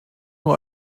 nur